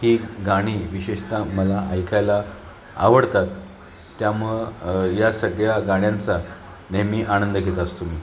ही गाणी विशेषतः मला ऐकायला आवडतात त्यामुळं या सगळ्या गाण्यांचा नेहमी आनंद घेत असतो मी